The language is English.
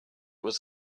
was